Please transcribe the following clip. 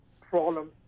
problem